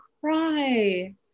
cry